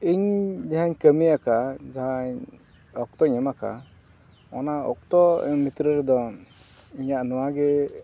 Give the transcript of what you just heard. ᱤᱧ ᱡᱟᱦᱟᱧ ᱠᱟᱹᱢᱤᱭᱟᱠᱟᱜᱼᱟ ᱡᱟᱦᱟᱸᱭ ᱚᱠᱛᱚᱧ ᱮᱢ ᱠᱟᱜᱼᱟ ᱚᱱᱟ ᱚᱠᱛᱚ ᱮᱢ ᱵᱷᱤᱛᱨᱤ ᱨᱮᱫᱚ ᱤᱧᱟᱹᱜ ᱱᱚᱣᱟᱜᱮ